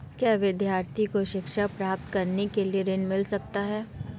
क्या विद्यार्थी को शिक्षा प्राप्त करने के लिए ऋण मिल सकता है?